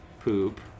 Poop